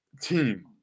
team